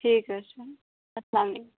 ٹھیٖک حظ چھُ السلامُ علیکُم